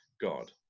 god